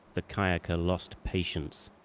the kayaker lost patience.